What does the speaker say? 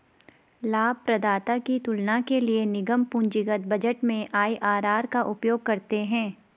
लाभप्रदाता की तुलना के लिए निगम पूंजीगत बजट में आई.आर.आर का उपयोग करते हैं